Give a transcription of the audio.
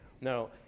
No